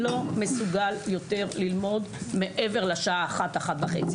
לא מסוגל יותר ללמוד מעבר לשעה 13:00-13:30.